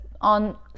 on